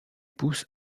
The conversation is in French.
pousse